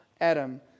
Adam